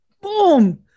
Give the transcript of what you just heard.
Boom